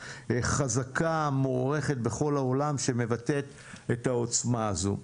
חזקה מוערכת בכל העולם שמבטאת את העוצמה הזו.